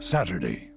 Saturday